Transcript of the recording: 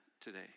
today